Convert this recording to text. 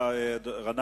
להצבעה.